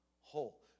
whole